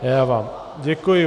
Já vám děkuji.